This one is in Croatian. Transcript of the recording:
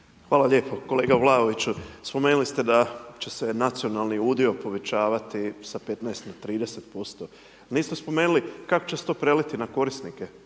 Hvala lijepa. Kolega Vlaoviću, spomenuli ste da će se nacionalni udio povećavati sa 15 na 30%. Niste spomenuli kako će se to preliti na korisnike,